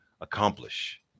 accomplish